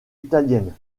italienne